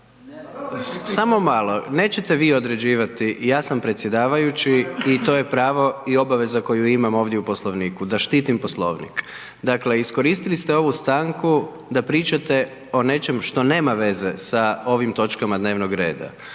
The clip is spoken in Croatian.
samo malo nećete vi određivati, ja sam predsjedavajući i to je pravo i obaveza koju imam ovdje u Poslovniku, da štitim Poslovnik. Dakle, iskoristili ste ovu stanku da pričate o nečem što nema veze sa ovim točkama dnevnog reda.